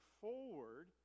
forward